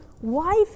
wife